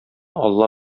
алла